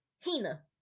Hina